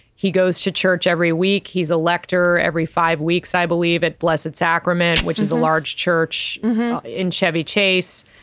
he goes to church every week he's a lector every five weeks i believe at blessed sacrament which is a large church in chevy chase.